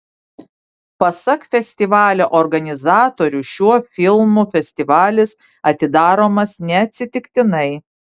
pasak festivalio organizatorių šiuo filmu festivalis atidaromas neatsitiktinai